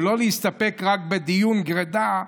ולא להסתפק בדיון גרידא,